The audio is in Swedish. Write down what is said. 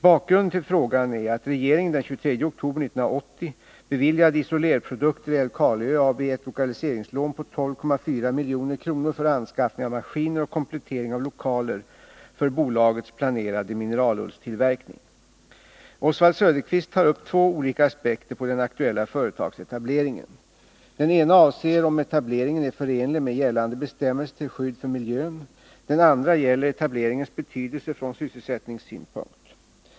Bakgrunden till frågan är att regeringen den 23 oktober 1980 beviljade Isolerprodukter i Älvkarleö AB ett lokaliseringslån på 12,4 milj.kr. för anskaffning av maskiner och komplettering av lokaler för bolagets planerade mineralullstillverkning. Oswald Söderqvist tar upp två olika aspekter på den aktuella företagsetableringen. Den ena avser om etableringen är förenlig med gällande bestämmelser till skydd för miljön. Den andra gäller etableringens betydelse från sysselsättningssynpunkt.